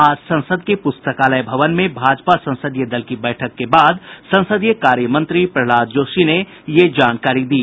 आज संसद के पुस्तकालय भवन में भाजपा संसदीय दल की बैठक के बाद संसदीय कार्य मंत्री प्रहलाद जोशी ने ये जानकारी दी